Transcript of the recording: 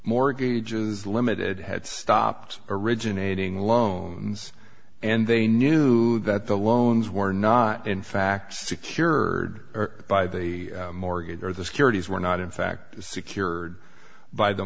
mortgages ltd had stopped originating loans and they knew that the loans were not in fact secured by the mortgage or the securities were not in fact secured by the